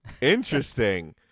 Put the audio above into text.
Interesting